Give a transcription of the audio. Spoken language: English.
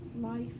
life